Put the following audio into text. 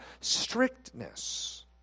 strictness